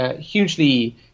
hugely